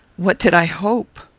what did i hope?